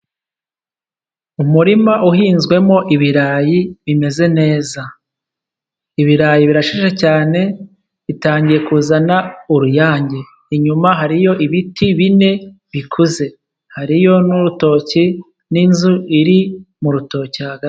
Umurima uhinzwemo ibirayi bimeze neza. Ibirayi birashishe cyane, bitangiye kuzana uruyange. Inyuma hariyo ibiti bine bikuze, hariyo n'urutoki n'inzu iri mu rutoki hagati.